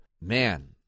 Man